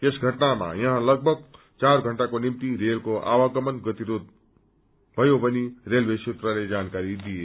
यस घटनामा यहाँ सगभग चार घण्टाको निम्ति रेलको आवागमन गतिरोध आयो भनी रेलवे सूत्रहरूले जानकारी दिए